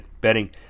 betting